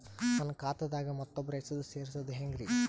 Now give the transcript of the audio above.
ನನ್ನ ಖಾತಾ ದಾಗ ಮತ್ತೋಬ್ರ ಹೆಸರು ಸೆರಸದು ಹೆಂಗ್ರಿ?